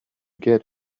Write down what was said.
get